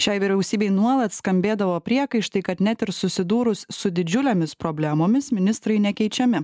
šiai vyriausybei nuolat skambėdavo priekaištai kad net ir susidūrus su didžiulėmis problemomis ministrai nekeičiami